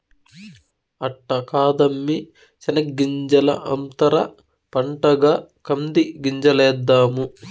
అట్ట కాదమ్మీ శెనగ్గింజల అంతర పంటగా కంది గింజలేద్దాము